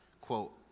quote